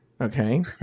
Okay